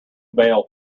bail